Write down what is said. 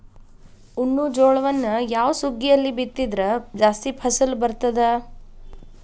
ಉಣ್ಣುವ ಜೋಳವನ್ನು ಯಾವ ಸುಗ್ಗಿಯಲ್ಲಿ ಬಿತ್ತಿದರೆ ಜಾಸ್ತಿ ಫಸಲು ಬರುತ್ತದೆ?